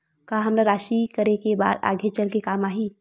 का हमला राशि करे के बाद आगे चल के काम आही?